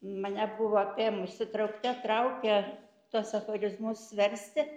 mane buvo apėmusi traukte traukė tuos aforizmus versti